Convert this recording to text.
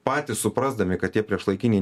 patys suprasdami kad tie priešlaikiniai